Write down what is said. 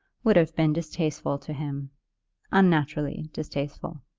would have been distasteful to him unnaturally distasteful.